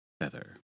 feather